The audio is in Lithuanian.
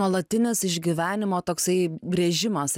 nuolatinis išgyvenimo toksai gręžimas